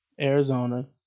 Arizona